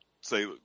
say